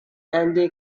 ante